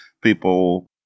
people